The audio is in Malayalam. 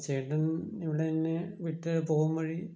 ചേട്ടൻ ഇവിടെ എന്നെ വിട്ട് പോകുമ്പോഴ്